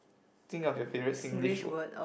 think of your favorite Singlish word